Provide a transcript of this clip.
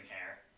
hair